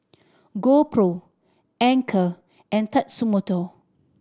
GoPro Anchor and Tatsumoto